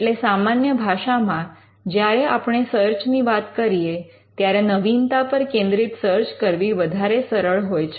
એટલે સામાન્ય ભાષામાં જ્યારે આપણે સર્ચની વાત કરીએ ત્યારે નવીનતા પર કેન્દ્રિત સર્ચ કરવી વધારે સરળ હોય છે